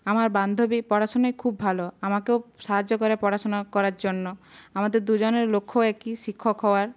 আমার বান্ধবী পড়াশোনায় খুব ভালো আমাকেও সাহায্য করে পড়াশোনা করার জন্য আমাদের দুজনের লক্ষ্য একই শিক্ষক হওয়ার